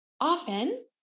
Often